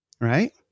right